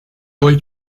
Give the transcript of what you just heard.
boy